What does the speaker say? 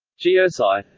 geosci.